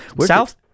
South